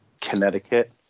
Connecticut